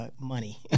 money